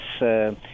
Yes